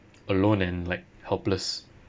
alone and like helpless